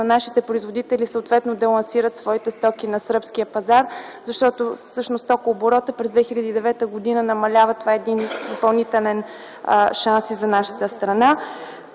нашите производители съответно да лансират своите стоки на сръбския пазар, защото стокооборотът през 2009 г. намалява, това е един допълнителен шанс и за нашата страна,